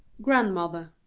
grandmother